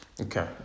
Okay